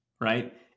right